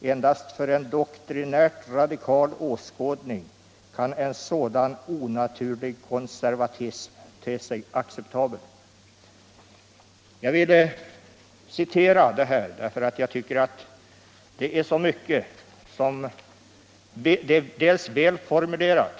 Endast Frioch rättigheter i för en doktrinärt radikal åskådning kan en sådan onaturlig konservatism grundlag te sig acceptabel.” Jag ville citera detta dels därför att det är väl formulerat,